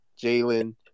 Jalen